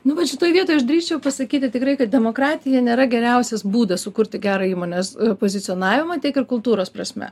nu vat šitoj vietoj aš drįsčiau pasakyti tikrai kad demokratija nėra geriausias būdas sukurti gerą įmonės pozicionavimą tiek ir kultūros prasme